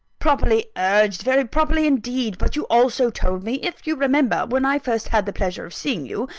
properly urged very properly, indeed. but you also told me, if you remember, when i first had the pleasure of seeing you,